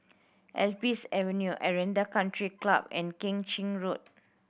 Alps Avenue Aranda Country Club and Keng Chin Road